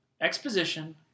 exposition